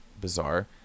bizarre